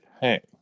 hey